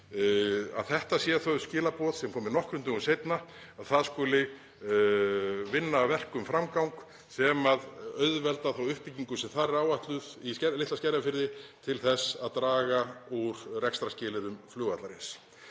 að þetta séu þau skilaboð sem komi nokkrum dögum seinna, að það skuli vinna verkum framgang sem auðvelda þá uppbyggingu sem þar er áætluð í Nýja-Skerjafirði til þess að draga úr rekstrarskilyrðum flugvallarins.